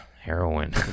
heroin